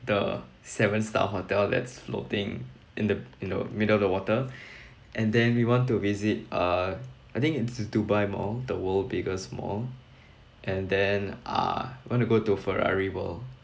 the seven star hotel that's floating in the in the middle of the water and then we want to visit uh I think it's the dubai mall the world's biggest mall and then ah want to go to Ferrari world